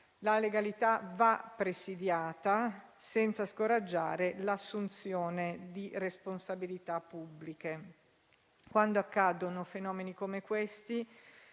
La legalità va presidiata senza scoraggiare l'assunzione di responsabilità pubbliche. Quando accadono fenomeni come questi,